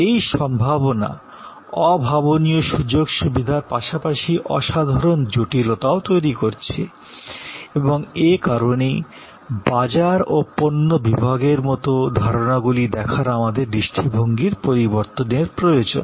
এই সম্ভাবনা অভাবনীয় সুযোগ সুবিধার পাশাপাশি অসাধারণ জটিলতাও তৈরি করছে এবং এ কারণেই বাজার ও পণ্য বিভাগের মতো ধারণাগুলি দেখার আমাদের দৃষ্টিভঙ্গির পরিবর্তনের প্রয়োজন